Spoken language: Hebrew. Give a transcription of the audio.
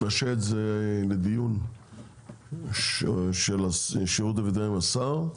שנשהה את זה לדיון של השירות הווטרינרי עם השר,